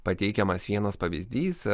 pateikiamas vienas pavyzdys